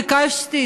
ביקשתי,